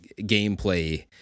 gameplay